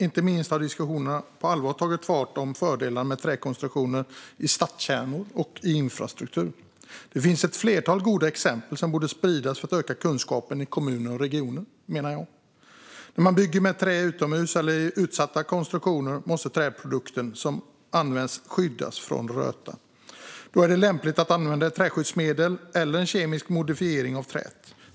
Inte minst har diskussionerna på allvar tagit fart om fördelarna med träkonstruktioner i stadskärnor och i infrastruktur. Det finns ett flertal goda exempel som borde spridas för att öka kunskapen i kommuner och regioner. När man bygger med trä utomhus eller i utsatta konstruktioner måste träprodukten som används skyddas från röta. Då är det lämpligt att använda ett träskyddsmedel eller en kemisk modifiering av träet.